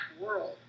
world